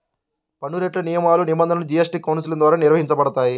పన్నురేట్లు, నియమాలు, నిబంధనలు జీఎస్టీ కౌన్సిల్ ద్వారా నిర్వహించబడతాయి